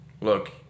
look